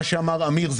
מה שאמר אמיר,